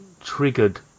triggered